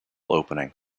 opening